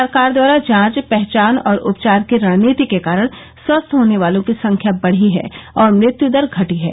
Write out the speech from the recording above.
सरकार द्वारा जांच पहचान और उपचार की रणनीति के कारण स्वस्थ होने वालों की संख्या बढी है और मृत्यू दर घटी है